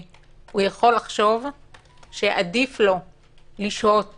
שיכול לחשוב שעדיף לו לשהות